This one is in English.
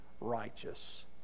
righteous